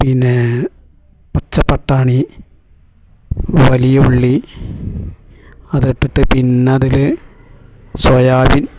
പിന്നെ പച്ച പട്ടാണി വലിയ ഉള്ളി അതിട്ടിട്ട് പിന്നെ അതിൽ സോയാബീൻ